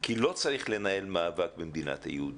כי לא צריך לנהל מאבק במדינת היהודים,